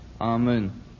Amen